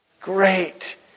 great